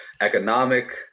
economic